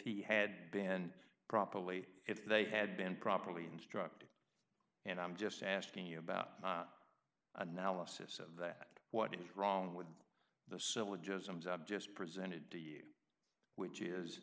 he had been properly if they had been properly instructed and i'm just asking you about analysis of that what is wrong with the syllogisms i've just presented to you which is